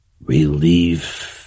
Relief